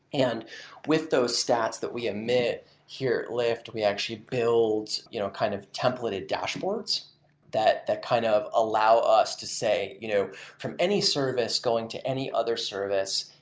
and with those stats that we emit here at lyft, we actually build you know kind of templated dashboards that that kind of allow us to say, you know from any service going to any other service,